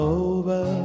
over